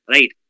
Right